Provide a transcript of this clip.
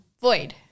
void